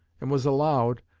and was allowed,